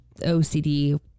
OCD